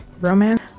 romance